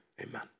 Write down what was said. Amen